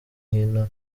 hino